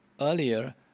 Earlier